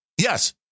Yes